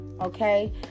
Okay